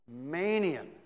Manian